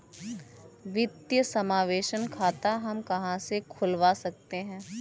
वित्तीय समावेशन खाता हम कहां से खुलवा सकते हैं?